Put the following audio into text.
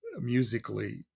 musically